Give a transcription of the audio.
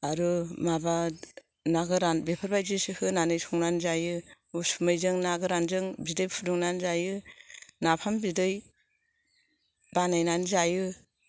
आरो माबा ना गोरान बेफोरबायदिसो होनानै संनानै जायो उसुमैजों ना गोरान जों बिदै फुदुंनानै जायो नाफाम बिदै बानायनानै जायो